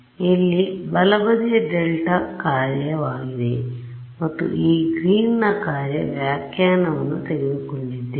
ಇಲ್ಲಿ ಬಲಬದಿಯು ಡೆಲ್ಟಾ ಕಾರ್ಯವಾಗಿದೆ ಮತ್ತು ಈ ಗ್ರೀನ್ನ ಕಾರ್ಯ ವ್ಯಾಖ್ಯಾನವನ್ನು ತೆಗೆದುಕೊಂಡಿದ್ದೇವೆ